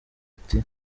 ati